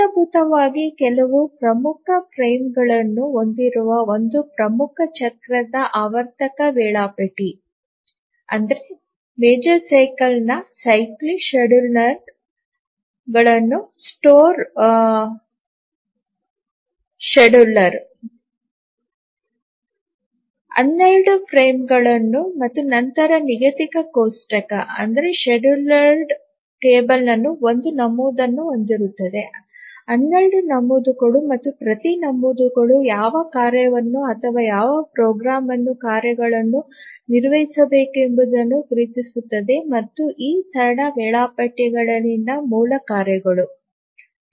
ಮೂಲಭೂತವಾಗಿ ಕೆಲವು ಪ್ರಮುಖ ಫ್ರೇಮ್ಗಳನ್ನು ಹೊಂದಿರುವ ಒಂದು ಪ್ರಮುಖ ಚಕ್ರದ ಆವರ್ತಕ ವೇಳಾಪಟ್ಟಿ ಅಂಗಡಿಗಳ ವೇಳಾಪಟ್ಟಿ 12 ಫ್ರೇಮ್ಗಳು ಮತ್ತು ನಂತರ ನಿಗದಿತ ಕೋಷ್ಟಕವು ಒಂದು ನಮೂದನ್ನು ಹೊಂದಿರುತ್ತದೆ 12 ನಮೂದುಗಳು ಮತ್ತು ಪ್ರತಿ ನಮೂದು ಯಾವ ಕಾರ್ಯವನ್ನು ಅಥವಾ ಯಾವ ಪ್ರೋಗ್ರಾಂ ಅನ್ನು ಕಾರ್ಯಗಳನ್ನು ನಿರ್ವಹಿಸಬೇಕು ಎಂಬುದನ್ನು ಗುರುತಿಸುತ್ತದೆ ಮತ್ತು ಈ ಸರಳ ವೇಳಾಪಟ್ಟಿಗಳಲ್ಲಿನ ಮೂಲ ಕಾರ್ಯಕ್ರಮಗಳು